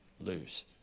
lose